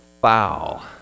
foul